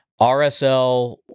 RSL